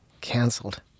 Cancelled